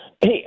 Hey